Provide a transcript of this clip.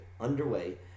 underway